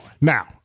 Now